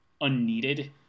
unneeded